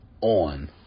on